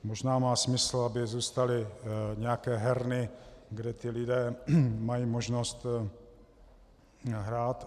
Možná má smysl, aby zůstaly nějaké herny, kde lidé mají možnost hrát.